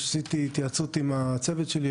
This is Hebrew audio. עשיתי התייעצות עם הצוות שלי,